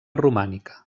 romànica